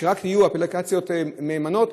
שרק יהיו אפליקציות מהימנות,